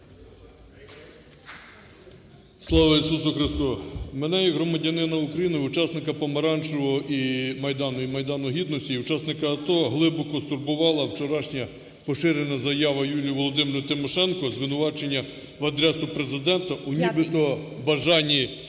Слава Ісусу Христу! Мене як громадянина України, учасника "помаранчевого майдану" і Майдану Гідності, і учасника АТО – глибоко стурбувала вчорашня поширена заява Юлії Володимирівни Тимошенко, звинувачення на адресу Президента у нібито бажанні